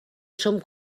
som